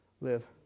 live